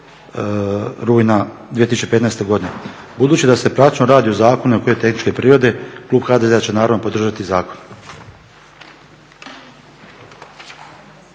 rujna 2015. godine. Budući da se praktički radi o zakonu koji je tehničke prirode klub HDZ-a će naravno podržati zakon.